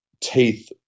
teeth